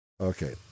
Okay